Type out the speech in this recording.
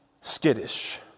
skittish